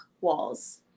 walls